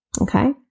okay